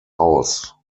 aus